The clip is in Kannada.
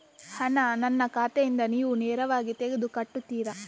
ಹಣ ನನ್ನ ಖಾತೆಯಿಂದ ನೀವು ನೇರವಾಗಿ ತೆಗೆದು ಕಟ್ಟುತ್ತೀರ?